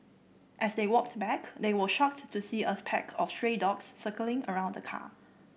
as they walked back they were shocked to see a pack of stray dogs circling around the car